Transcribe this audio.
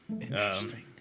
Interesting